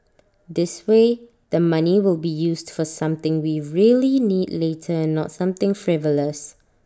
this way the money will be used for something we really need later and not something frivolous